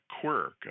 quirk